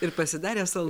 ir pasidarė sal